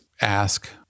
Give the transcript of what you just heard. ask